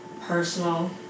personal